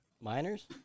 Miners